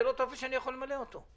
זה לא טופס שאני יכול למלא אותו.